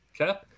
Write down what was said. Okay